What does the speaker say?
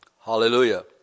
hallelujah